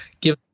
give